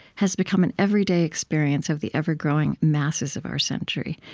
has become an everyday experience of the ever-growing masses of our century.